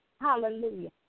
hallelujah